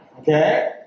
Okay